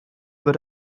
wird